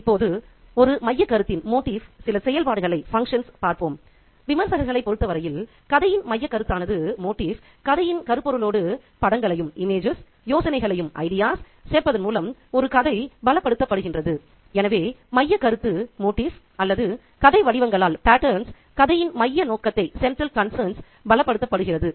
இப்போது ஒரு மையக்கருத்தின் சில செயல்பாடுகளைப் பார்ப்போம் விமர்சகர்களைப் பொறுத்தவரையில் கதையின் மையக்கருத்தானது கதையின் கருப்பொருளோடு படங்களையும் யோசனைகளையும் சேர்ப்பதன் மூலம் ஒரு கதை பலப்படுத்துகின்றன எனவே மையக்கருத்து அல்லது கதை வடிவங்களால் கதையின் மையக் நோகத்தை பலப்படுத்தப்படுகின்றது